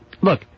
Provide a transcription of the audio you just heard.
look